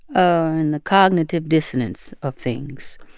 ah in the cognitive dissonance of things.